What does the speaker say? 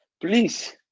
Please